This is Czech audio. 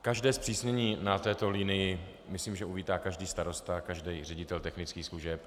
Každé zpřísnění na této linii myslím, že uvítá každý starosta a každý ředitel technických služeb.